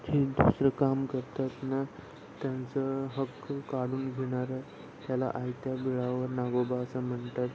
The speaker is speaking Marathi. हे दुसरं काम करतात ना त्यांचं हक्क काढून घेणारा त्याला आयत्या बिळावर नागोबा असं म्हणतात